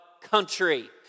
country